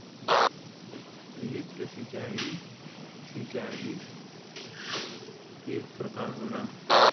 lift सिंचाई, सिंचाई क एक प्रकार होला